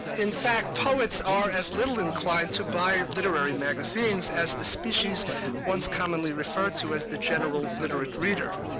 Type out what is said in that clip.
in fact, poets are as little inclined to buy literary magazines as the species once commonly referred to as the general literate reader.